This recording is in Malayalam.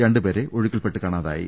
രണ്ടുപേരെ ഒഴുക്കിൽപെട്ട് കാണാതായി